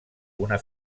una